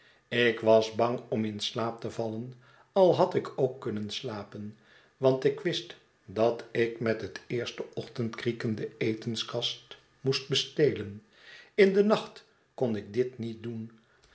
ik was bang om in slaap te vallen al had ik ook kunnen slapen want ik wist dat ik met het eerste ochtendkrieken de etenskast moest bestelen in den nacht kon ik dit niet doen